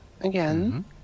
again